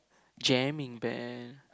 jamming band